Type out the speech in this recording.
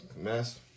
mess